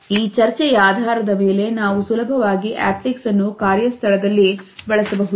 ಈ ಚರ್ಚೆಯ ಆದಾರದ ಮೇಲೆ ನಾವು ಸುಲಭವಾಗಿ ಹ್ಯಾಪಿ ಕ್ಸ್ ಅನ್ನು ಕಾರ್ಯಸ್ಥಳದಲ್ಲಿ ಬಳಸಬಹುದು